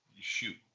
Shoot